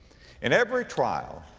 in every trial,